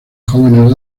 jóvenes